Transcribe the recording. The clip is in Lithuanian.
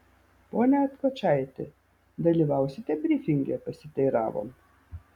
pone atkočaiti dalyvausite brifinge pasiteiravom